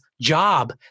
job